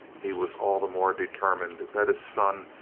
he was all the more determined that his son,